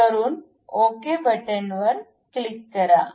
हे करून ओके वर क्लिक करा